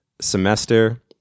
semester